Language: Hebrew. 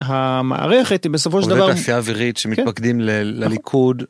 - המערכת היא בסופו של דבר... - כמו תעשייה אווירית שמתפקדים לליכוד.